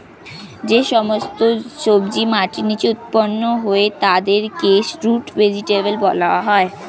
যে সমস্ত সবজি মাটির নিচে উৎপন্ন হয় তাদেরকে রুট ভেজিটেবল বলা হয়